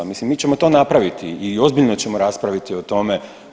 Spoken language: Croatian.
Mislim mi ćemo to napraviti i ozbiljno ćemo raspraviti o tome.